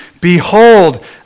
behold